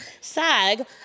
sag